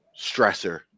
stressor